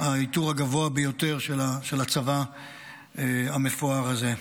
העיטור הגבוה ביותר של הצבא המפואר הזה.